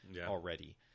Already